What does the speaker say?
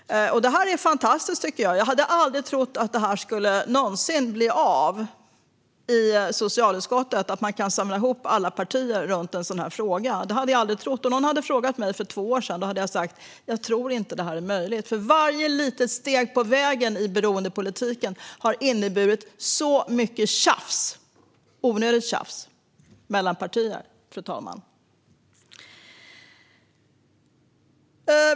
Jag tycker att det är fantastiskt; jag hade aldrig trott att man skulle kunna samla alla partier i socialutskottet runt en sådan här fråga. Om någon hade frågat mig för två år sedan hade jag svarat att jag inte tror att det är möjligt, för varje litet steg på vägen i beroendepolitiken har inneburit så mycket onödigt tjafs mellan partierna, fru talman.